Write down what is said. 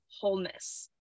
wholeness